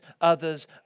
others